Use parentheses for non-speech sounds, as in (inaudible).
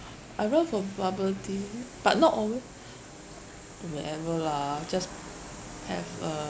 I run for bubble tea but not always (breath) to wherever lah just have a